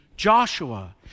Joshua